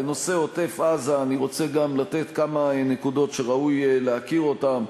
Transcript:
בנושא עוטף-עזה אני רוצה גם לתת כמה נקודות שראוי להכיר אותן: